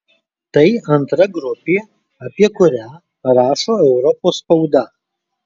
tai antra grupė apie kurią rašo europos spauda